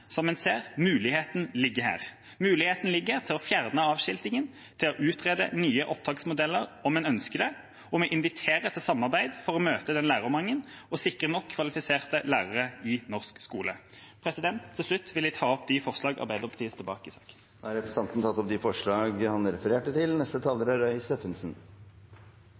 som en ser, ligger muligheten her – muligheten til å fjerne avskiltingen og til å utrede nye opptaksmodeller om en ønsker det. Vi inviterer til samarbeid for å møte den lærermangelen og sikre nok kvalifiserte lærere i norsk skole. Til slutt vil jeg ta opp de forslag Arbeiderpartiet står bak i saken. Representanten Torstein Tvedt Solberg har tatt opp de forslagene han refererte til.